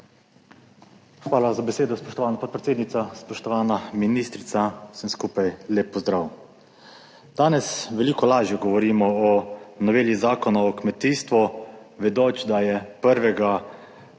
Hvala za besedo, spoštovana podpredsednica. spoštovana ministrica, vsem skupaj lep pozdrav! Danes veliko lažje govorimo o noveli Zakona o kmetijstvu, vedoč, da je 1.